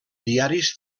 diaris